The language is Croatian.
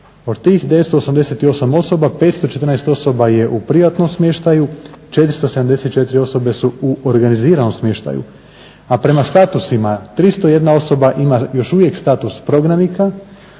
Od tih 988 osoba 514 osoba je u privatnom smještaju, 474 su u organiziranom smještaju, a prema statusima 301 osoba ima još uvijek status prognanika,